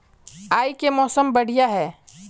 आय के मौसम बढ़िया है?